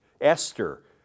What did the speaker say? Esther